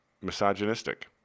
misogynistic